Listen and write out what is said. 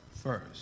first